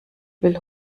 will